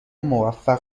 موفق